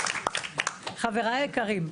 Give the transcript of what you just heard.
חבריי היקרים,